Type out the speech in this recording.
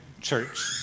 church